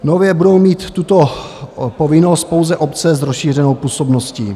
Nově budou mít tuto povinnost pouze obce s rozšířenou působností.